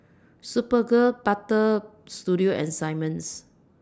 Superga Butter Studio and Simmons